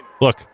Look